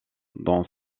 dans